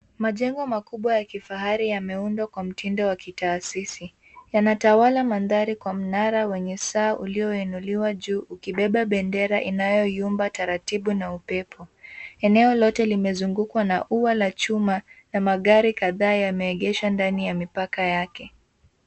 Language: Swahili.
Majengo makubwa ya kifahari yameundwa kwa mtindo wa kitaasisi. Yanatawala mandhari kwa mnara wenye saa ulioinuliwa juu ukibeba bendera inayoyumba taratibu na upepo. Eneo lote limezungukwa na ua la chuma na magari kadhaa yameegeshwa ndani ya mipaka yake.